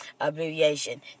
abbreviation